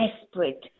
desperate